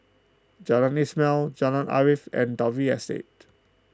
Jalan Ismail Jalan Arif and Dalvey Estate